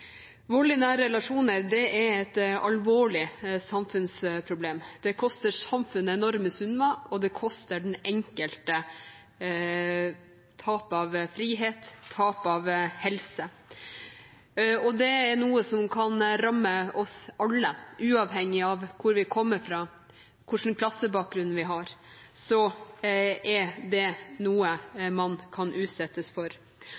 Vold i nære relasjoner er et alvorlig samfunnsproblem. Det koster samfunnet enorme summer, det koster den enkelte tap av frihet og tap av helse, og det er noe som kan ramme oss alle. Uavhengig av hvor vi kommer fra, og hvilken klassebakgrunn vi har, er det noe man kan utsettes for.